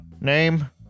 name